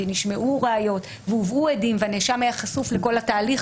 נשמעו ראיות והובאו עדים והנאשם היה חשוף לכל התהליך